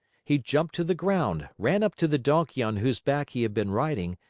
he jumped to the ground, ran up to the donkey on whose back he had been riding,